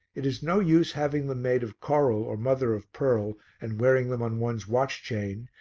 it is no use having them made of coral or mother-of-pearl and wearing them on one's watch-chain,